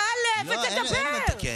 לא, אין מה לתקן.